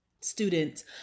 students